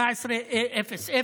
18:00,